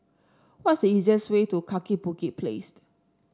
what's the easiest way to Kaki Bukit Place